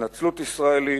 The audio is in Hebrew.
התנצלות ישראלית,